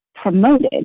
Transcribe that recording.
promoted